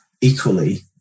equally